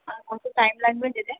আর কত টাইম লাগবে যেতে